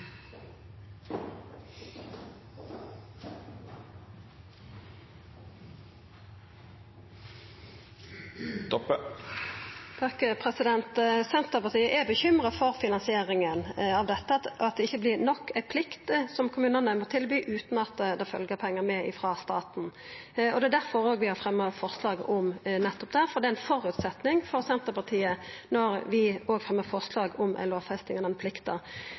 Senterpartiet er bekymra for finansieringa av dette, at det ikkje vert nok – at det vert ei plikt kommunane må tilby, utan at det følgjer pengar med frå staten. Det er òg difor vi har fremja forslag om nettopp det, for det er ein føresetnad for Senterpartiet når vi fremjar forslag om ei lovfesting av den plikta.